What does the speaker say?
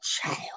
child